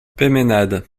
peymeinade